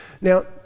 Now